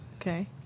Okay